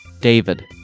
David